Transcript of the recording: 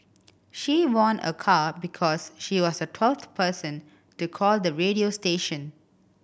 she won a car because she was the twelfth person to call the radio station